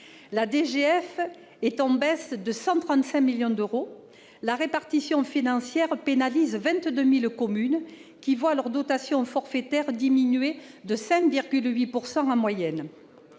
la DGF, est en baisse de 135 millions d'euros ; la répartition financière pénalise 22 000 communes, qui voient leur dotation forfaitaire diminuer de 5,8 % en moyenne.